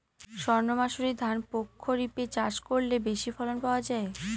সর্ণমাসুরি ধান প্রক্ষরিপে চাষ করলে বেশি ফলন পাওয়া যায়?